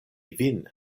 vin